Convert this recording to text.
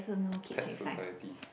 Pet Society